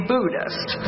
Buddhist